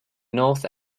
north